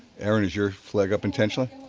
erin, is your flag up intentionally?